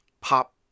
pop